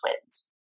twins